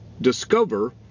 discover